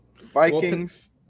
Vikings